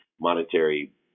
monetary